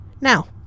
Now